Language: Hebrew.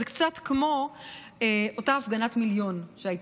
זה קצת כמו אותה הפגנת המיליון שהייתה,